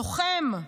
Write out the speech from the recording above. לוחם,